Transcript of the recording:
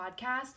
podcast